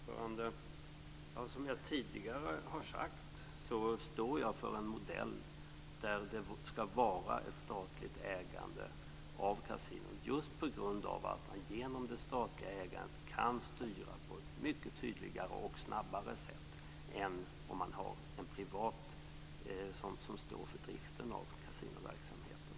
Fru talman! Som jag tidigare har sagt står jag för en modell där det skall vara ett statligt ägande av kasinon just på grund av att man genom det statliga ägandet kan styra på ett mycket tydligare och snabbare sätt än om man har en privat ägare som står för driften av kasinoverksamheten.